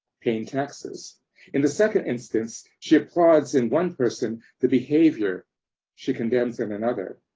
paying taxes in the second instance, she applauds in one person, the behavior she condemns in another.